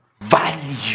value